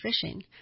fishing